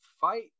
fight